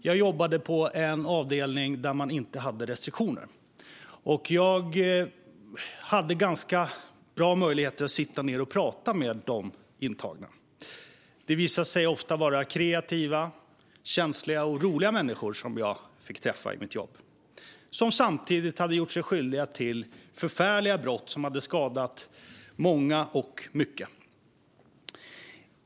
Jag jobbade på en avdelning där man inte hade restriktioner, och jag hade ganska bra möjligheter att sitta ned och prata med de intagna. Det visade sig ofta vara kreativa, känsliga och roliga människor som jag fick träffa i mitt jobb men som samtidigt hade gjort sig skyldiga till förfärliga brott som hade skadat många och mycket.